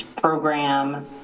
program